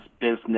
business